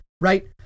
right